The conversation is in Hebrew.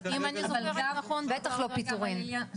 בטח לא פיטורים.